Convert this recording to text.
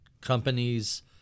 companies